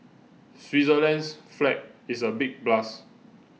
Switzerland's flag is a big plus